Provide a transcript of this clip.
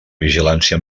vigilància